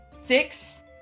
six